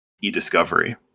e-discovery